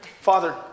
Father